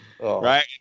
Right